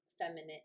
feminine